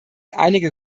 einige